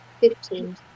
Fifteen